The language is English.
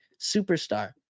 superstar